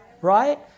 right